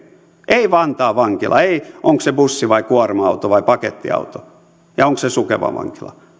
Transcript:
ei koskien vantaan vankilaa ei sitä onko se bussi vai kuorma auto vai pakettiauto tai onko se sukevan vankila